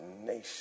nation